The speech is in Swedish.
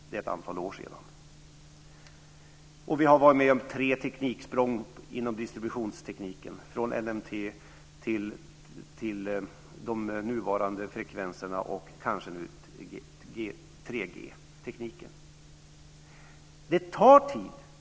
Det är ett antal år sedan. Och vi har varit med om tre tekniksprång inom distributionstekniken, från NMT till de nuvarande frekvenserna och kanske nu till 3G-tekniken. Det tar tid.